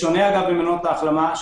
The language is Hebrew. בשונה ממלונות ההחלמה,